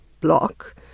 block